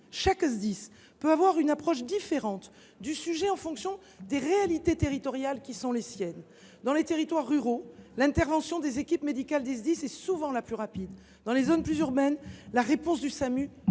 Chaque Sdis peut avoir une approche différente du sujet en fonction des réalités territoriales qui sont les siennes. Dans les territoires ruraux, l’intervention des équipes médicales des Sdis est souvent la plus rapide. Dans les zones plus urbaines, la réponse du Samu